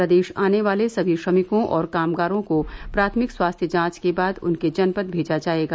प्रदेश आने वाले समी श्रमिकों और कामगारों को प्राथमिक स्वास्थ्य जांच के बाद उनके जनपद भेजा जायेगा